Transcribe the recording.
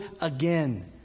again